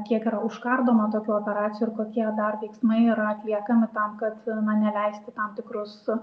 kiek yra užkardoma tokių operacijų ir kokie dar veiksmai yra atliekami tam kad na neleisti tam tikrus